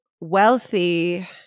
wealthy